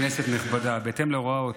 כנסת נכבדה, בהתאם להוראות